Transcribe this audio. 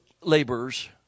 laborers